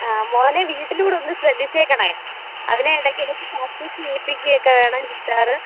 ആ മോനെ വീട്ടിൽ കൂടെ ഒന്ന് ശ്രദ്ധിച്ചേക്കണം അവനെ ഇടയ്ക്കിടയ്ക്ക് പ്രാക്റ്റീസ് ചെയ്യിപ്പിക്കുക ഒക്കെ വേണം ഗിത്താറ്